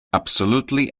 absolutely